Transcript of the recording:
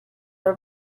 for